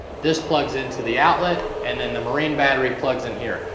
this plugs into the outlet, and then, the marine battery plugs in here.